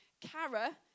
Kara